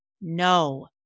no